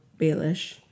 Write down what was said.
Baelish